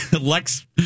Lex